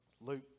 Luke